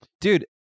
Dude